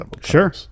Sure